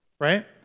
right